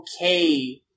okay